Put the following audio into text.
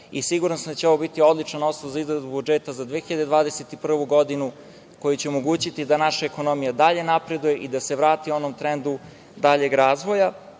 i siguran sam da će ovo biti odličan osnov za izradu budžeta za 2021. godinu, koji će omogućiti da naša ekonomija dalje napreduje i da se vrati onom trendu daljeg razvoja. Svakako,